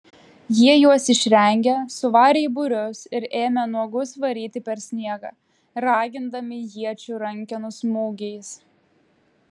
jie juos išrengė suvarė į būrius ir ėmė nuogus varyti per sniegą ragindami iečių rankenų smūgiais